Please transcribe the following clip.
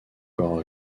corps